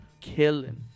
killing